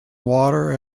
water